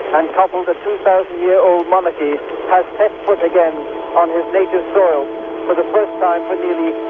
uncoupled a two thousand year old monarchy, has set foot again on his nation's soil for the first time for nearly